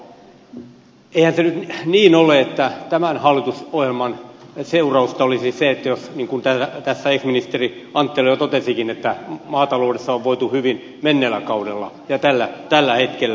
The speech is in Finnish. eihän se nyt niin ole että tämän hallitusohjelman seurausta olisi se niin kuin tässä ex ministeri anttila jo totesikin että maataloudessa on voitu hyvin menneellä kaudella ja tällä hetkellä